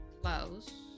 close